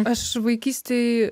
aš vaikystėj